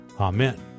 Amen